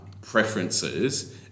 preferences